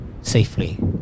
safely